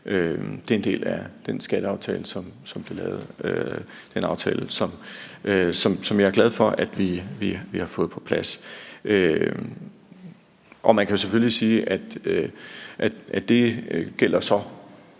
Det er en del af den skatteaftale, som blev lavet, og som jeg er glad for at vi har fået på plads. Man kan selvfølgelig sige, at det kun gælder